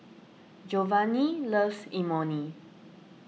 Jovanni loves Imoni